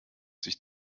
sich